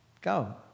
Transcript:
go